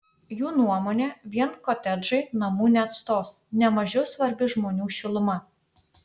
jų nuomone vien kotedžai namų neatstos ne mažiau svarbi žmonių šiluma